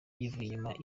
yivuye